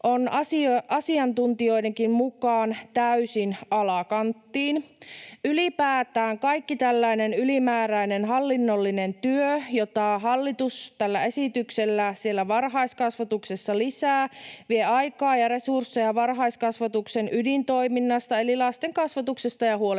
on asiantuntijoidenkin mukaan täysin alakanttiin. Ylipäätään kaikki tällainen ylimääräinen hallinnollinen työ, jota hallitus tällä esityksellään varhaiskasvatuksessa lisää, vie aikaa ja resursseja varhaiskasvatuksen ydintoiminnasta eli lasten kasvatuksesta ja huolenpidosta.